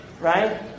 Right